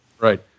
Right